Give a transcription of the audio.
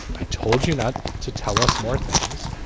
i told you not to tell us more things.